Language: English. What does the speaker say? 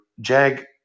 Jag